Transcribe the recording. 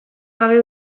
gabe